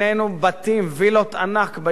וילות ענק ביישוב עין-חמד,